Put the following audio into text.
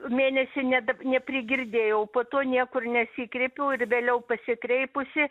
mėnesį neda neprigirdėjau po to niekur nesikreipiau ir vėliau pasikreipusi